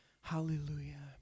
hallelujah